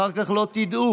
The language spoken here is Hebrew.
אחר כך לא תדעו.